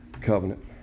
covenant